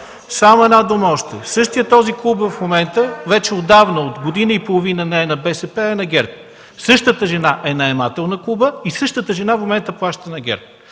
Само една дума още – същият този клуб в момента вече отдавна, от година и половина не е на БСП, а на ГЕРБ. Същата жена е наемател на клуба и същата жена в момента плаща на ГЕРБ.